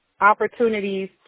opportunities